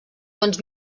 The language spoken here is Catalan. tons